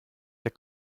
der